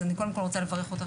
אז אני קודם כל רוצה לברך אותך,